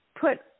put